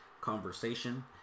conversation